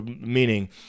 meaning